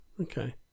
okay